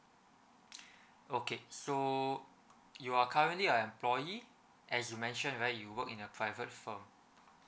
okay so you are currently an employee as you mention right you work in a private firm